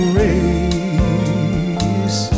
race